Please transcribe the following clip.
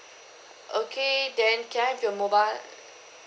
okay then can I have your mobile